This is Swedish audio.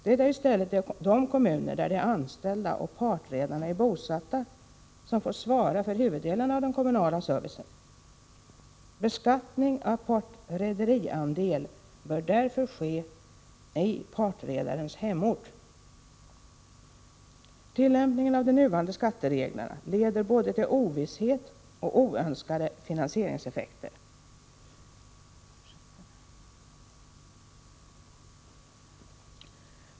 Det är i stället de kommuner där de anställda och partredarna är bosatta som får svara för huvuddelen av den kommunala servicen. Beskattning av partrederiandel bör därför ske i partredarens hemort. Tillämpningen av de nuvarande skattereglerna leder till både ovisshet och oönskade finansieringseffekter.